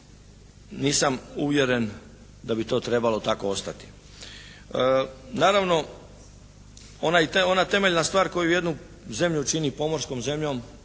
nisam uvjeren da bi to trebalo tako ostati. Naravno, ona temeljna stvar koju jednu zemlju čini pomorskom zemljom